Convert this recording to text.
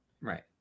Right